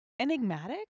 enigmatic